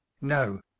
no